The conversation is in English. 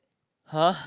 [huh]